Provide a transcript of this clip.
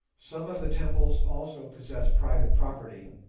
some of the temples also possess private property,